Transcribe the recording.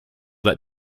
let